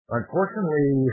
unfortunately